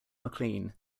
mclean